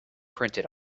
printed